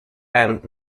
and